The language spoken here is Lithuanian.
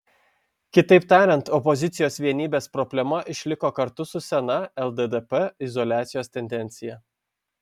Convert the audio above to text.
kitaip tariant opozicijos vienybės problema išliko kartu su sena lddp izoliacijos tendencija